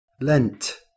lent